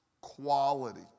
Quality